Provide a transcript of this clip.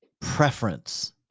preference